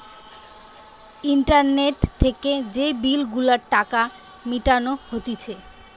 internet থেকে যে bill গুলার টাকা মিটানো হতিছে